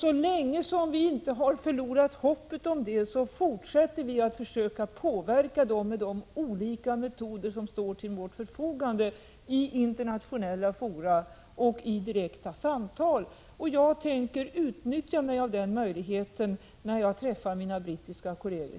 Så länge som vi inte har förlorat hoppet om att lyckas med det fortsätter vi att försöka påverka dem med de olika metoder som står till vårt förfogande i internationella fora och i direkta samtal. Jag tänker utnyttja mig av den möjligheten när jag senare i år träffar mina brittiska kolleger.